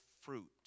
fruit